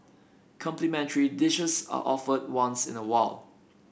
complimentary dishes are offered once in a while